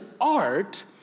art